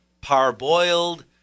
parboiled